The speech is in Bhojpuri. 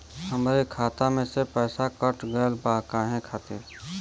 हमरे खाता में से पैसाकट गइल बा काहे खातिर?